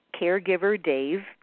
caregiverdave